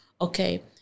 okay